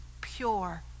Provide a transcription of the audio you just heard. pure